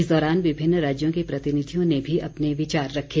इस दौरान विभिन्न राज्यों के प्रतिनिधियों ने भी अपने विचार रखे